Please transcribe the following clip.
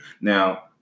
Now